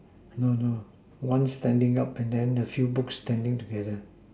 no no one standing up and then a few books standing together